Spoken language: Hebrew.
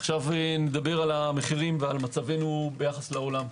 עכשיוי נדבר על המחירים ומצבנו ביחס לעולם.